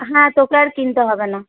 হ্যাঁ তোকে আর কিনতে হবে না